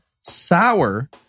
sour